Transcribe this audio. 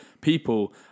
people